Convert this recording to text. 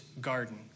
garden